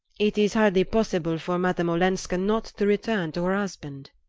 it is hardly possible for madame olenska not to return to her husband?